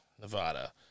Nevada